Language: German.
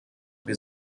wir